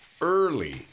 early